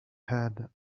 had